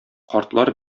картлар